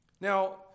Now